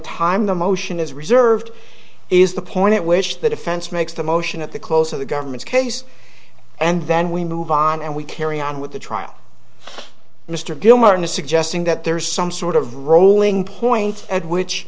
time the motion is reserved is the point at which the defense makes the motion at the close of the government's case and then we move on and we carry on with the trial mr gilmartin is suggesting that there is some sort of rolling point at which